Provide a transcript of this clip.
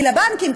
כי לבנקים,